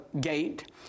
gate